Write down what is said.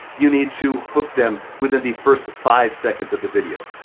you need to hook them within the first five seconds of the video.